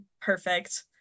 perfect